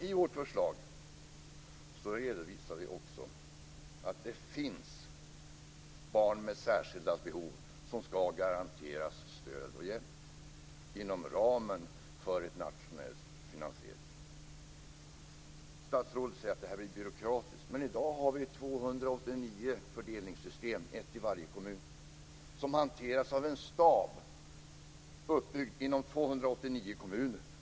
I vårt förslag redovisar vi också att det finns barn med särskilda behov, som ska garanteras stöd och hjälp inom ramen för en nationell finansiering. Statsrådet säger att detta blir byråkratiskt. Men i dag har vi ju 289 fördelningssystem - ett i varje kommun - som hanteras av en stab uppbyggd inom 289 kommuner.